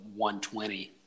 120